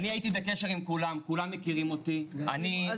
אני הייתי בקשר עם כולם, כולם מכירים אותי.